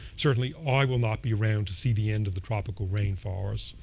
certainly i will not be around to see the end of the tropical rainforests.